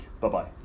Bye-bye